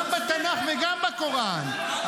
גם בתנ"ך וגם בקוראן,